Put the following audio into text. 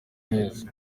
neza